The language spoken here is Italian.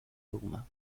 roma